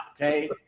okay